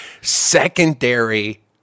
secondary